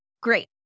Great